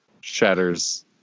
Shatters